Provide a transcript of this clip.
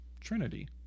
Trinity